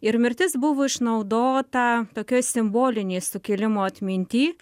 ir mirtis buvo išnaudota tokioj simbolinėj sukilimo atminty